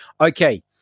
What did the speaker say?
Okay